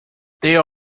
there